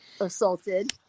assaulted